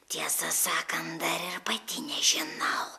tiesą sakant dar ir pati nežinau